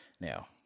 Now